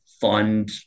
fund